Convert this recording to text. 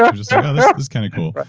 um just like oh, this is kind of cool.